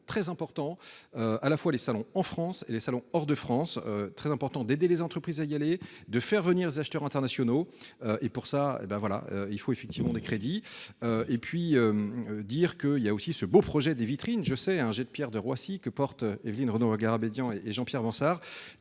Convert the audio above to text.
très important. À la fois les salons en France et les salons hors de France. Très important d'aider les entreprises à y aller de faire venir des acheteurs internationaux. Et pour ça, hé ben voilà il faut effectivement des crédits. Et puis. Dire que il y a aussi ce beau projet des vitrines je sais à un jet de Pierre de Roissy que porte Évelyne Renaud va Garabédian et, et Jean-Pierre Bansard.